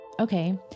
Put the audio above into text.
Okay